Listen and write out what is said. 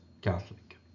Catholic